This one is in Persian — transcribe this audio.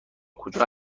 کجا